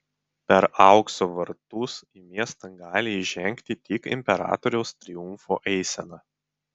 per aukso vartus į miestą gali įžengti tik imperatoriaus triumfo eisena